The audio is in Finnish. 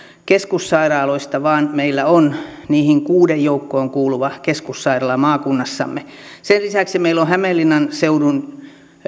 keskussairaalasta vaan meillä on niiden kuuden joukkoon kuuluva keskussairaala maakunnassamme sen lisäksi meillä on hämeenlinnan seudun